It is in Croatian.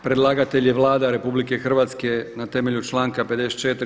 Predlagatelj je Vlada RH na temelju članka 54.